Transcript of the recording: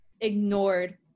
ignored